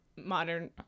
modern